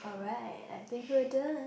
alright I think couldn't